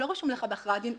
לא רשום לך בהכרעת דין,